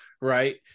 right